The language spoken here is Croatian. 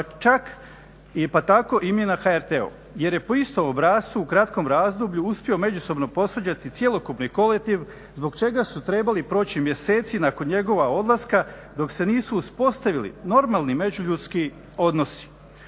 je radio pa tako i mi na HRT-u jer je po istom obrascu u kratkom razdoblju uspio međusobno posvađati cjelokupni kolektiv zbog čega su trebali proći mjeseci nakon njegova odlaska dok se nisu uspostavili normalni međuljudski odnosi.